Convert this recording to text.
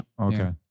Okay